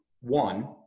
one